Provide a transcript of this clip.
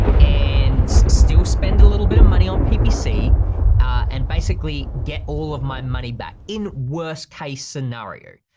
and still spend a little bit of money on ppc and basically get all of my money back, in worst case scenario.